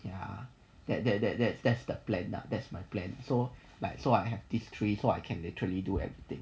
ya that that that that that's the plan lah that's my plan so like so I have this three so I can literally do everything